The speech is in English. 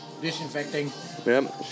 Disinfecting